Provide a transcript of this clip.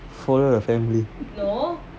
follow the family